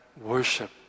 worship